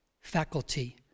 faculty